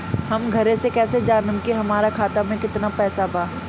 हम घरे से कैसे जानम की हमरा खाता मे केतना पैसा बा?